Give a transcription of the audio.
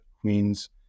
Queens